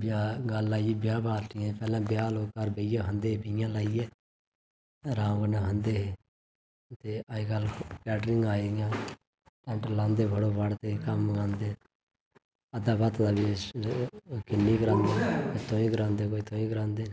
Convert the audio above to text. जां गल्ल आई गेई ब्याह् पार्टिंयें दी पैह्लें ब्याह् लोग घर बेहियै खंदे हे घर बेहियै अराम कन्नै खंदे हे ते अज्ज कल कैटरिंग आई दियां टैंट लांदे फटोफट ते कम्म मकांदे अद्धा भत्त ते कोई तोआहीं करांदे कोई तोआहीं करांदे